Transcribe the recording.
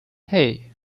hei